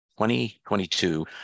2022